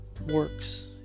works